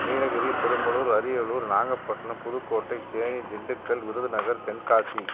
Nilgiri Perambalur Ariyalur Nagapattinam Pudukkottai Theni Dindigul Virudhunagar Tenkasi